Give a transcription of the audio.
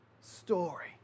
story